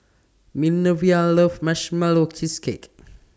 Minervia loves Marshmallow Cheesecake